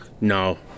No